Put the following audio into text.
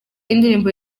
indirimbo